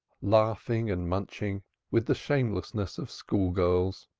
laughing and munching with the shamelessness of school-girls!